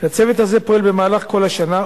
והצוות הזה פועל במהלך כל השנה,